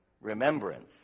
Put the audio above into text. remembrance